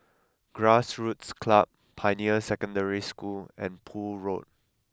Grassroots Club Pioneer Secondary School and Poole Road